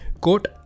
quote